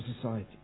society